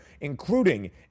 including